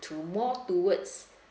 to more towards